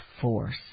force